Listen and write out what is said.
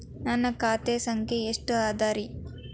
ನನ್ನ ಖಾತೆ ಸಂಖ್ಯೆ ಎಷ್ಟ ಅದರಿ?